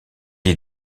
est